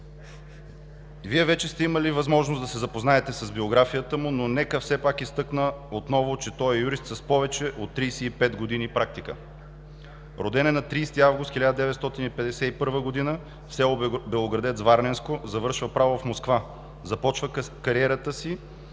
Вие вече сте имали възможност да се запознаете с биографията му, но нека все пак изтъкна отново, че той е юрист с повече от 35 години практика. Роден е на 30 август 1951 г. в село Белоградец, Варненско. Завършва право в Москва. Започва кариерата си